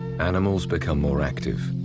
animals become more active.